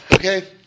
Okay